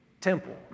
temple